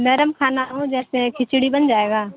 نرم کھانا ہوں جیسے کھچڑی بن جائے گا